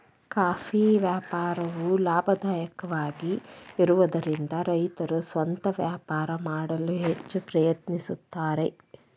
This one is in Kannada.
ಕಾಫಿ ವ್ಯಾಪಾರವು ಲಾಭದಾಯಕವಾಗಿರುವದರಿಂದ ರೈತರು ಸ್ವಂತ ವ್ಯಾಪಾರ ಮಾಡಲು ಹೆಚ್ಚ ಪ್ರಯತ್ನಿಸುತ್ತಾರೆ